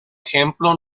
ejemplo